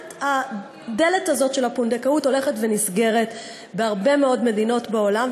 שהדלת הזאת של הפונדקאות הולכת ונסגרת בהרבה מאוד מדינות בעולם,